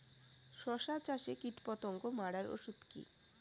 শসা চাষে কীটপতঙ্গ মারার ওষুধ কি?